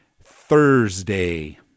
Thursday